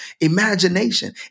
imagination